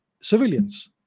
civilians